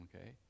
Okay